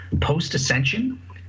Post-ascension